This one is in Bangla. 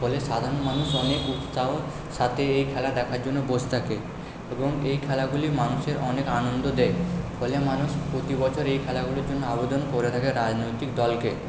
ফলে সাধারণ মানুষ অনেক উৎসাহ সাথে এই খেলা দেখার জন্য বসে থাকে এবং এই খেলাগুলি মানুষের অনেক আনন্দ দেয় ফলে মানুষ প্রতিবছর এই খেলাগুলোর জন্য আবেদন করে থাকে রাজনৈতিক দলকে